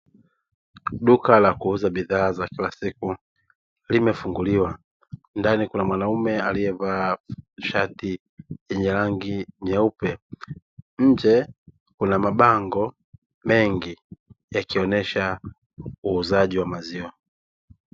Duka la kuuza bidhaa za plastiki limefungulowa, ndani kuna mwanaume aliyevala shati lenye rangi nyeupe, nje kuna mabango yakionyesha uuzaji wa maziwa.